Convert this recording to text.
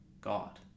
God